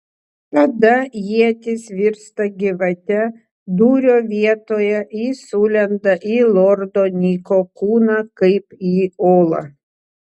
tada ietis virsta gyvate dūrio vietoje ji sulenda į lordo niko kūną kaip į olą